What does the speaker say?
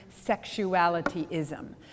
sexualityism